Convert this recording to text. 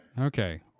Okay